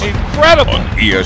Incredible